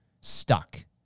stuck